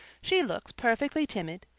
she looks perfectly timid,